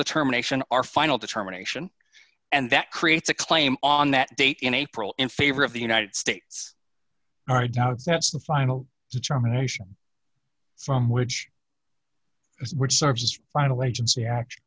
determination our final determination and that creates a claim on that date in april in favor of the united states that's the final determination from which which serves as final agency act